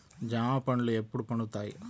జామ పండ్లు ఎప్పుడు పండుతాయి?